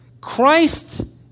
Christ